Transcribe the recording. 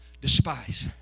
despise